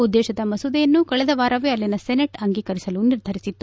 ಉದ್ದೇಶಿತ ಮಸೂದೆಯನ್ನು ಕಳೆದ ವಾರವೇ ಅಲ್ಲಿನ ಸೆನೆಟ್ ಅಂಗೀಕರಿಸಲು ನಿರ್ಧರಿಸಿತ್ತು